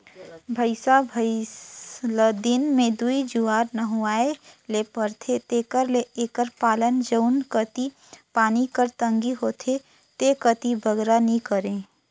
भंइसा भंइस ल दिन में दूई जुवार नहुवाए ले परथे तेकर ले एकर पालन जउन कती पानी कर तंगी होथे ते कती बगरा नी करें